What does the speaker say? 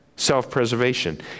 Self-preservation